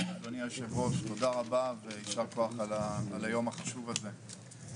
אדוני היושב ראש תודה רבה ויישר כוח על היום החשוב הזה,